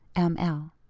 m. l.